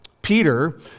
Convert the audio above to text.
Peter